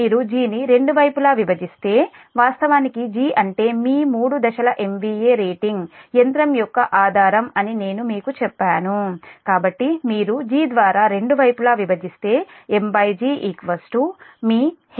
మీరు G ని రెండు వైపులా విభజిస్తే వాస్తవానికి G అంటే మీ మూడు దశల MVA రేటింగ్ యంత్రం యొక్క ఆధారం అని నేను మీకు చెప్పాను కాబట్టి మీరు G ద్వారా రెండు వైపులా విభజిస్తే MG మీ HΠf